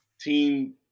team